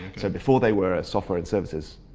so before they were a software and services